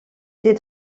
ces